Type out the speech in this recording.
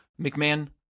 McMahon